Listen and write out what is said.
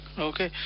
Okay